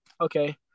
Okay